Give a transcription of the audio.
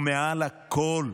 ומעל הכול,